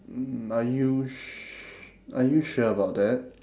mm are you s~ are you sure about that